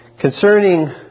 Concerning